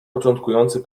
początkujący